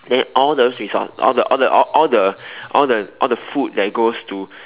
then all those resource all the all the all the all the all the food that goes to